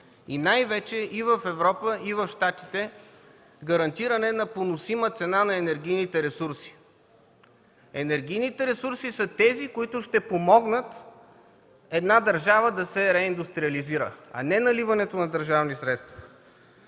и най-вече и в Европа, и в Щатите, гарантиране на поносима цена на енергийните ресурси. Енергийните ресурси са тези, които ще помогнат една държава да се реиндустриализира, а не наливането на държавни средства.